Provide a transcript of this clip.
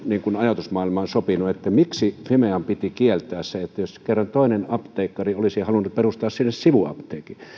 ajatusmaailmaani sopinut miksi fimean piti kieltää se jos kerran toinen apteekkari olisi halunnut perustaa sinne sivuapteekin